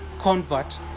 convert